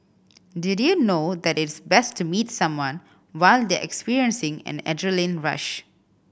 did you know that it's best to meet someone while they are experiencing an adrenaline rush